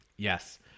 Yes